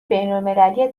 بینالمللی